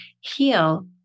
heal